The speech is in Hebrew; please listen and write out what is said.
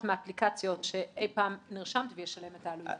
מהאפליקציות שאי פעם נרשמת וישלם את העלויות.